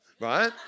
right